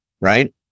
right